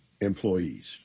employees